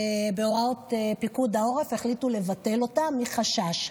ובהוראת פיקוד העורף החליטו לבטל אותה מהחשש,